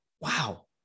wow